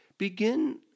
begin